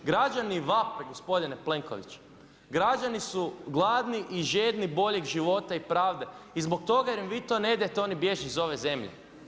Građani vape gospodine Plenkoviću, građani su gladni i žedni boljeg života i pravde i zbog toga jer im vi to ne dajete oni bježe iz ove zemlje.